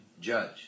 judge